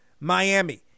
Miami